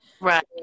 Right